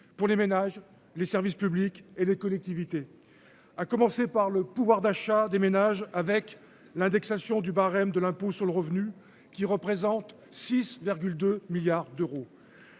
pour les ménages, les services publics et les collectivités. À commencer par le pouvoir d'achat des ménages avec l'indexation du barème de l'impôt sur le revenu, qui représente 6,2 milliards d'euros.